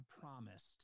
promised